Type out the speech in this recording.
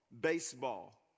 baseball